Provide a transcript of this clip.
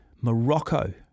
Morocco